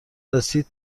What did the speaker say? رسیده